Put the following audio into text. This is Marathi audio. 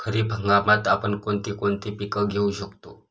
खरीप हंगामात आपण कोणती कोणती पीक घेऊ शकतो?